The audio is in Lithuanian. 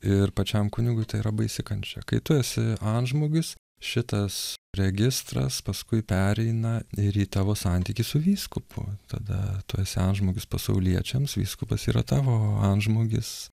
ir pačiam kunigui tai yra baisi kančia kai tu esi antžmogis šitas registras paskui pereina ir į tavo santykį su vyskupu tada tu esi antžmogis pasauliečiams vyskupas yra tavo antžmogis